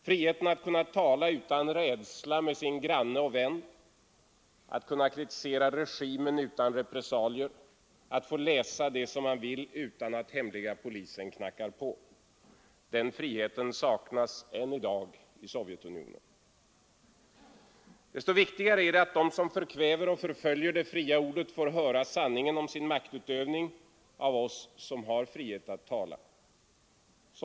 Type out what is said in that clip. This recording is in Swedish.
Friheten att kunna tala utan rädsla med sin granne och vän, att kunna kritisera regimen utan repressalier, att få läsa det man vill utan att hemliga polisen knackar på. Den friheten saknas än i dag i Sovjetunionen. Desto viktigare är det att de som förkväver och förföljer det fria ordet får höra sanningen om sin maktutövning av oss som har frihet att tala.